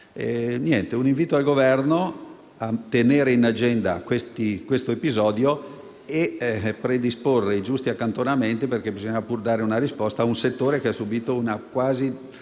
un invito al Governo a tenere in agenda questo episodio e a predisporre i giusti accantonamenti, perché bisognerà dare una risposta a un settore che ha subito una